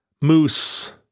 moose